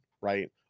right